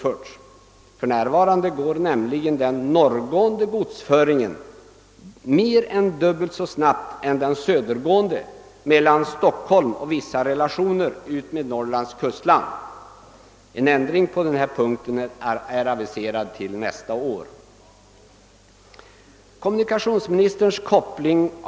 För närvarande är nämligen de norrgående godstransporterna mer än dubbelt så snabba som de södergående mellan Stockholm och vissa stationer i Norrlands kustland. En ändring på den punkten är aviserad till nästa år.